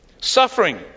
Suffering